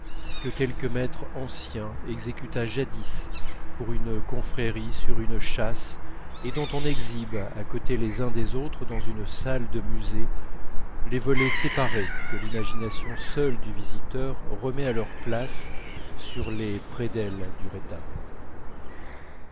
que quelque maître ancien exécuta jadis pour une confrérie sur une châsse et dont on exhibe à côté les uns des autres dans une salle de musée les volets séparés que l'imagination seule du visiteur remet à leur place sur les prédelles du retable